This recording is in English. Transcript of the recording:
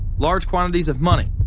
large quantities of money.